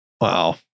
wow